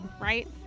right